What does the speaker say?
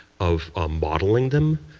of modeling them,